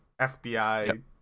fbi